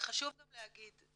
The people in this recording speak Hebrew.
חשוב גם להגיד,